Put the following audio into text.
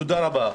תודה רבה.